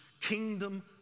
kingdom